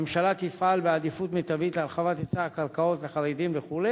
הממשלה תפעל בעדיפות מיטבית להרחבת היצע הקרקעות לחרדים וכו',